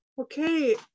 Okay